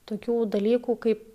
tokių dalykų kaip